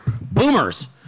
boomers